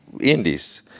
Indies